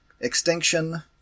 Extinction